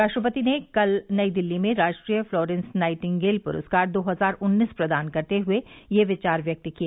राष्ट्रपति ने कल नई दिल्ली में राष्ट्रीय फ्लोरेंस नाइटिंगेल पुरस्कार दो हजार उन्नीस प्रदान करते हुए यह विचार व्यक्त किए